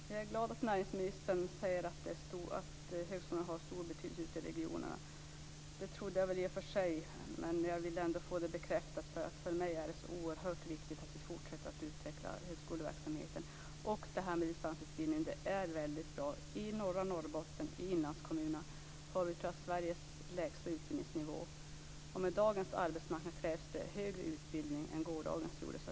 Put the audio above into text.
Fru talman! Jag är glad att näringsministern säger att högskolan har stor betydelse ute i regionerna. Det trodde jag väl i och för sig, men jag ville ändå får det bekräftat. För mig är det så oerhört viktigt att vi fortsätter att utveckla högskoleverksamheten. Jag vill också säga att det här med distansutbildning är väldigt bra. I norra Norrbotten, i inlandskommunerna, har vi, tror jag, Sveriges lägsta utbildningsnivå. Med dagens arbetsmarknad krävs det högre utbildning än det gjorde i gårdagens.